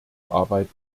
arbeit